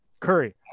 Curry